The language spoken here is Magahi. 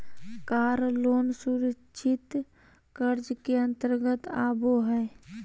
कार लोन सुरक्षित कर्ज के अंतर्गत आबो हय